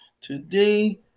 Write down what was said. today